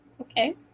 okay